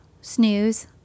Snooze